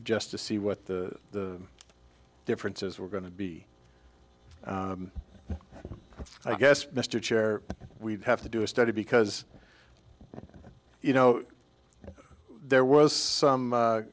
just to see what the differences were going to be i guess mr chair we'd have to do a study because you know there was some